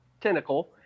tentacle